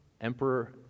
emperor